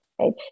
right